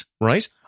right